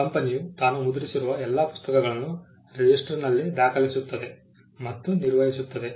ಕಂಪನಿಯು ತಾನು ಮುದ್ರಿಸಿರುವ ಎಲ್ಲಾ ಪುಸ್ತಕಗಳನ್ನು ರಿಜಿಸ್ಟರ್ ನಲ್ಲಿ ದಾಖಲಿಸುತ್ತದೆ ಮತ್ತು ನಿರ್ವಹಿಸುತ್ತದೆ